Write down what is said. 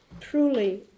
truly